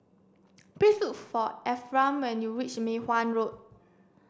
please look for Ephram when you reach Mei Hwan Road